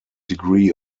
degree